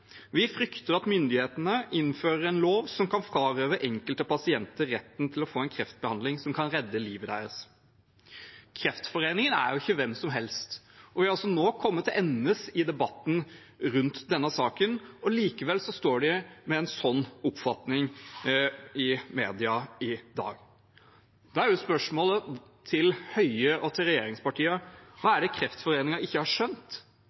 frykter at myndighetene innfører en lov som kan frarøve enkelte pasienter retten til å få en kreftbehandling som kan redde livet deres.» Kreftforeningen er ikke hvem som helst, men vi er altså kommet til endes i debatten rundt denne saken nå, og likevel står de med en slik oppfatning i media i dag. Da er spørsmålet til Høie og regjeringspartiene: Hva er det Kreftforeningen ikke har skjønt,